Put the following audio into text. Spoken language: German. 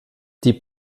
die